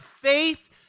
faith